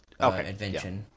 Okay